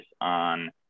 on